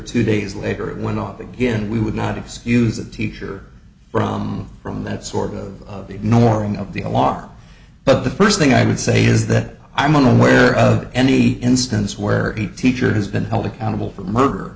two days later it went off again we would not excuse a teacher from from that sort of ignoring of the alarm but the first thing i would say is that i'm unaware of any instance where a teacher has been held accountable for murder